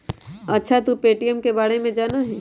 अच्छा तू पे.टी.एम के बारे में जाना हीं?